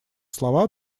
слова